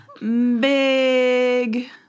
big